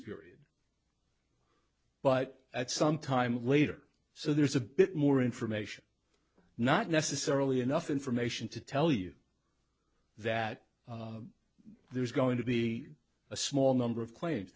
period but at some time later so there's a bit more information not necessarily enough information to tell you that there is going to be a small number of claims